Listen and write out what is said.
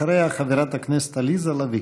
אחריה, חברת הכנסת עליזה לביא.